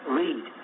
read